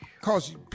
cause